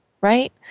Right